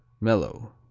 Mellow